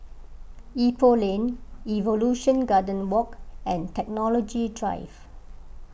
Ipoh Lane Evolution Garden Walk and Technology Drive